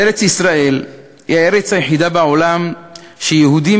ארץ-ישראל היא הארץ היחידה בעולם שיהודים,